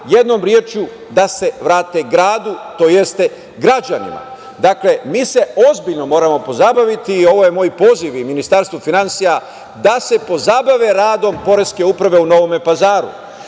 jednom rečju da se vrate gradu, tj. građanima. Mi se ozbiljno moramo pozabaviti i ovo je moj poziv i Ministarstvu finansija, da se pozabave radom poreske uprave u Novome Pazaru,